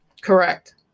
correct